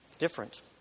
different